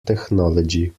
technology